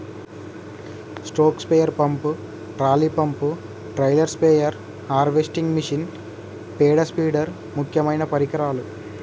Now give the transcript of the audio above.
stroke sprayer pump, trolley pump, trailer sprayer, harvesting machine, పేడ spider ముక్యమైన పరికరాలు